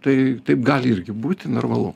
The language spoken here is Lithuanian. tai taip gali irgi būti normalu